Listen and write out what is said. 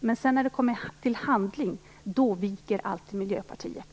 Men när det sedan kommer till handling - då viker alltid Miljöpartiet.